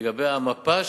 לגבי המפה שתוגש,